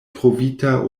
trovita